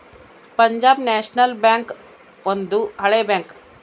Punjab National Bank ಒಂದು ಹಳೆ bank